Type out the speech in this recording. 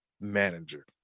manager